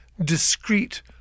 discrete